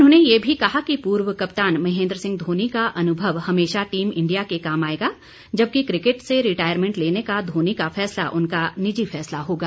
उन्होंने ये भी कहा कि पूर्व कप्तान महेन्द्र सिंह धोनी का अनुभव हमेशा टीम इंडिया के काम आएगा जबकि क्रिकेट से रिटायरमेंट लेने का धोनी का फैसला उनका निजी फैसला होगा